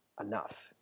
enough